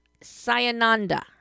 Sayananda